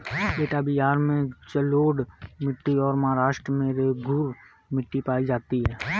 बेटा बिहार में जलोढ़ मिट्टी और महाराष्ट्र में रेगूर मिट्टी पाई जाती है